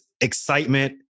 excitement